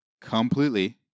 completely